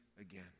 again